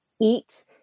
eat